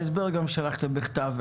את ההסבר שלחתם גם בכתב.